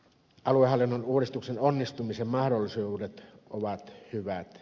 aluehallinnon uudistuksen onnistumisen mahdollisuudet ovat hyvät